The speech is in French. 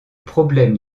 problème